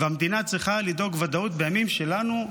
והמדינה צריכה לדאוג לוודאות בימים שבהם לנו,